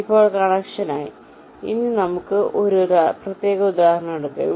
ഇപ്പോൾ കണക്ഷനായി നമുക്ക് ഒരു പ്രത്യേക ഉദാഹരണം എടുക്കാം